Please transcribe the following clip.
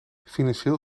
financieel